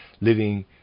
living